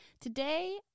today